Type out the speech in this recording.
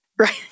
Right